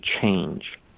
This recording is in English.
change